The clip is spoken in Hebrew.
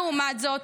לעומת זאת,